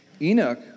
Enoch